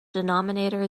denominator